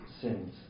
sins